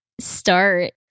start